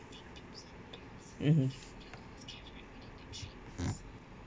mmhmm